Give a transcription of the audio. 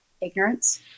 ignorance